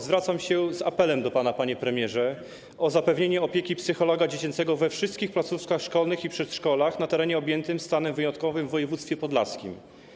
Zwracam się z apelem do pana, panie premierze, o zapewnienie opieki psychologa dziecięcego we wszystkich placówkach szkolnych i przedszkolach na terenie objętym stanem wyjątkowym w województwie podlaskim.